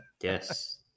yes